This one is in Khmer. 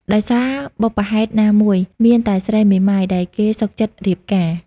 ដោយសារបុព្វហេតុណាមួយ មានតែស្រីមេម៉ាយ ដែលគេសុខចិត្តរៀបការ ។